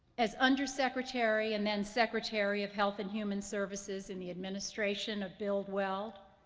as undersecretary and then secretary of health and human services in the administration of bill weld,